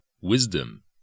wisdom